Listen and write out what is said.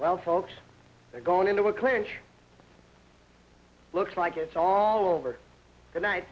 well folks are going into a clinch looks like it's all over the ni